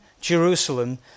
Jerusalem